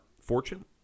Fortune